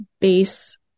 base